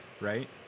right